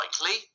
likely